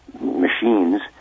machines